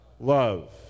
love